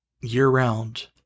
year-round